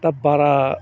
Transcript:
दा बारा